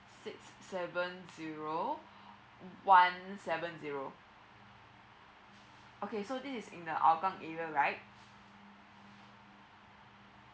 six seven zero one seven zero okay so this is in the hougang area right